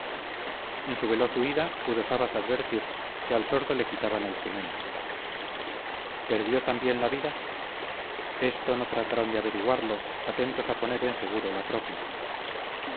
en su veloz huida pudo sabas advertir que al sordo le quitaban el jumento perdió también la vida esto no trataron de averiguarlo atentos a poner en seguro la propia